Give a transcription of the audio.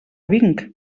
vinc